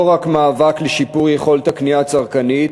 רק מאבק לשיפור יכולת הקנייה הצרכנית,